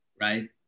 Right